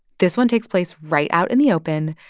this one takes place right out in the open.